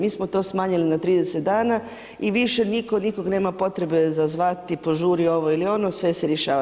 Mi smo to smanjili na 30 dana i više nitko nikog nema potrebe za zvati, požuri ovo ili ono, sve se rješava.